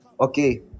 okay